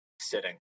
sitting